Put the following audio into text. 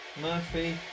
Murphy